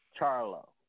Charlo